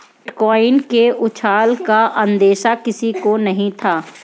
bitcoin के उछाल का अंदेशा किसी को नही था